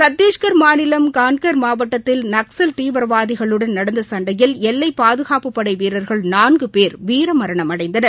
சத்தீஸ்கர் மாநிலம் கான்கர் மாவட்டத்தில் நக்சல் தீவிரவாதிகளுடன் நடந்தசண்டையில் இரண்டுவீரர்கள் எல்லைப்பாதுகாப்புப்படைவீரர்கள் நான்குபேர் வீரமரணமடைந்தனர்